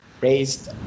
raised